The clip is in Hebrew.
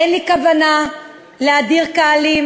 אין לי כוונה להדיר קהלים,